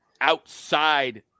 outside